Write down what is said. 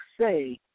say